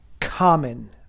common